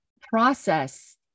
process